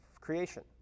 creation